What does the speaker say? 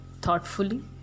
thoughtfully